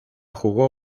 jugó